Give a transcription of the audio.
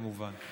כמובן,